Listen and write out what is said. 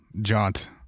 jaunt